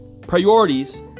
priorities